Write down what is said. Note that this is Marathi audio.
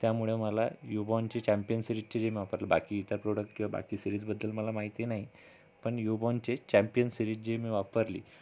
त्यामुळे मला युबॉनचे चॅम्पियन सिरीजचे जे मी वापरले बाकी इतर प्रॉडक्ट किंवा बाकी सिरीजबद्दल मला माहिती नाही पण युबॉनचे चॅम्पियन सिरीज जे मी वापरली